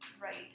right